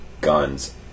guns